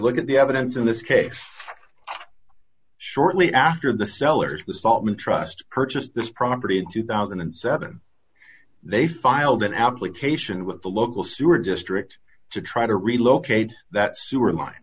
look at the evidence in this case shortly after the sellers of the saltman trust purchased this property in two thousand and seven they filed an application with the local sewer district to try to relocate that sewer line